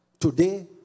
Today